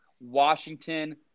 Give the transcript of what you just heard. Washington